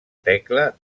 tecla